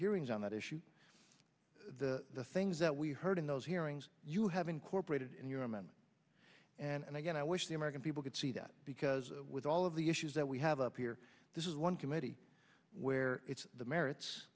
hearings on that issue the things that we heard in those hearings you have incorporated in your men and again i wish the american people could see that because with all of the issues that we have up here this is one committee where it's the